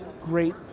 great